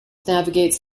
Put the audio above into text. navigates